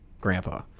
grandpa